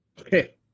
Okay